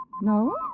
No